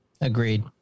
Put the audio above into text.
Agreed